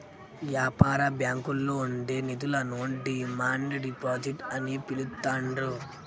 యాపార బ్యాంకుల్లో ఉండే నిధులను డిమాండ్ డిపాజిట్ అని పిలుత్తాండ్రు